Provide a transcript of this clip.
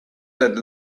that